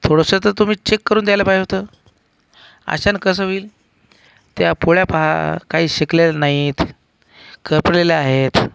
थोडंसं तर तुम्ही चेक करून द्यायला पाहिजे होतं अशाने कसं होईल त्या पोळ्या पहा काही शेकलेल्या नाहीत करपलेल्या आहेत